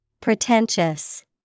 Pretentious